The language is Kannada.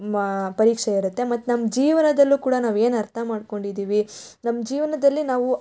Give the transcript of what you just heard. ಮಾ ಪರೀಕ್ಷೆ ಇರುತ್ತೆ ಮತ್ತೆ ನಮ್ಮ ಜೀವನದಲ್ಲೂ ಕೂಡ ನಾವು ಏನು ಅರ್ಥ ಮಾಡ್ಕೊಂಡಿದೀವಿ ನಮ್ಮ ಜೀವನದಲ್ಲಿ ನಾವು